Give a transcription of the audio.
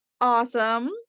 awesome